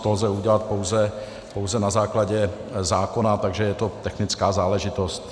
To lze udělat pouze na základě zákona, takže je to technická záležitost.